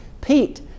Pete